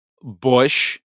Bush